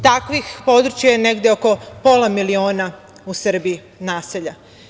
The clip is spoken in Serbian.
Takvih područja je negde oko pola miliona u Srbiji naselja.